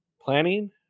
planning